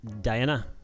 diana